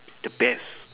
the best